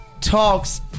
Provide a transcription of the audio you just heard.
talks